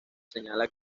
señala